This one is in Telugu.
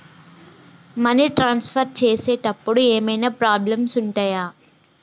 మనీ ట్రాన్స్ఫర్ చేసేటప్పుడు ఏమైనా ప్రాబ్లమ్స్ ఉంటయా?